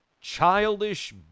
childish